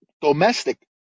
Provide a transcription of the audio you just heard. domestic